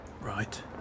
Right